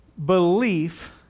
Belief